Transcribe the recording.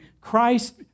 Christ